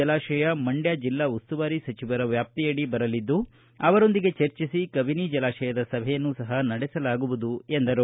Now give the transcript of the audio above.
ಜಲಾಶಯ ಮಂಡ್ಕ ಜಿಲ್ಲಾ ಉಸ್ತುವಾರಿ ಸಚಿವರ ವ್ಟಾಪ್ತಿಯಡಿ ಬರಲಿದ್ದು ಅವರೊಂದಿಗೆ ಚರ್ಚಿಸಿ ಕಬಿನಿ ಜಲಾಶಯದ ಸಭೆಯನ್ನು ಸಹ ನಡೆಸಲಾಗುವುದು ಎಂದರು